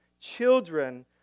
children